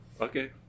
Okay